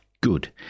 Good